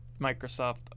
Microsoft